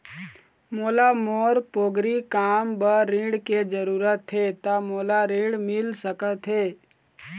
मोला मोर पोगरी काम बर ऋण के जरूरत हे ता मोला ऋण मिल सकत हे?